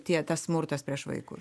tie tas smurtas prieš vaikus